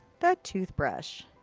the toothbrush.